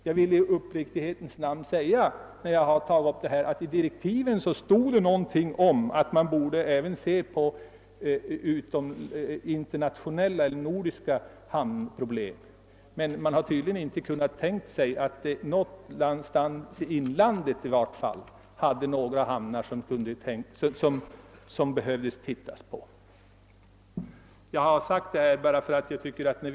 När jag tagit upp denna fråga vill jag i ärlighetens namn säga, att det i direktiven stod något om att man även borde se på internationella och nordiska hamnproblem. Men man har tydligen inte kunnat tänka sig att man skulle behöva se på några hamnar i inlandet. Herr talman! Jag har nu givit en ganska utförlig redovisning.